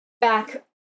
back